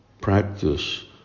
practice